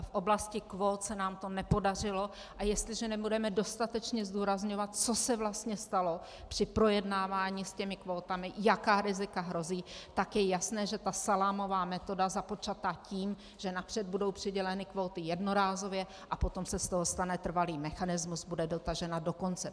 V oblasti kvót se nám to nepodařilo, a jestliže nebudeme dostatečně zdůrazňovat, co se vlastně stalo při projednávání s těmi kvótami, jaká rizika hrozí, tak je jasné, že ta salámová metoda, započatá tím, že napřed budou přiděleny kvóty jednorázově a potom se z toho stane trvalý mechanismus, bude dotažena do konce.